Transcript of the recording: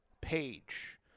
page